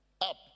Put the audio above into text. up